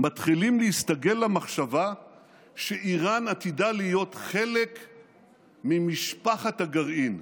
מתחילים להסתגל למחשבה שאיראן עתידה להיות חלק ממשפחת הגרעין,